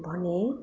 भने